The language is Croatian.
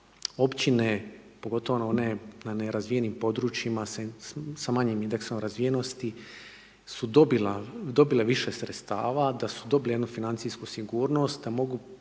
općine pogotovo one na nerazvijenim područjima sa manjim indeksom razvijenosti su dobile više sredstava, da su dobile jednu financijsku sigurnost a mogu